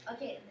Okay